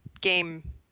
game